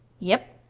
yep.